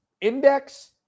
index